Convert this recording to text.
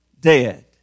dead